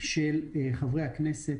של חברי הכנסת.